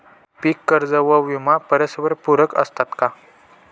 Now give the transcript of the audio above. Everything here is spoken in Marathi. पीक कर्ज व विमा परस्परपूरक असतात का?